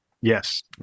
Yes